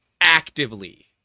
actively